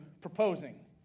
proposing